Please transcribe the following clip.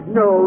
no